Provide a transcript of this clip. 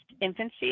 infancy